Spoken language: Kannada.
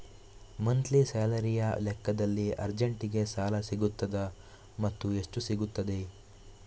ಮಂತ್ಲಿ ಸ್ಯಾಲರಿಯ ಲೆಕ್ಕದಲ್ಲಿ ಅರ್ಜೆಂಟಿಗೆ ಸಾಲ ಸಿಗುತ್ತದಾ ಮತ್ತುಎಷ್ಟು ಸಿಗುತ್ತದೆ?